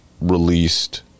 released